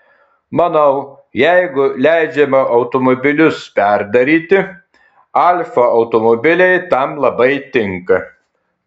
manau jeigu leidžiama automobilius perdaryti alfa automobiliai tam labai tinka